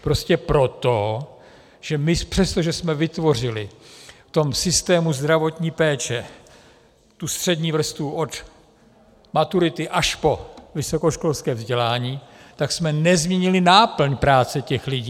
Prostě proto, že přestože jsme vytvořili v systému zdravotní péče střední vrstvu od maturity až po vysokoškolské vzdělání, tak jsme nezměnili náplň práce těch lidí.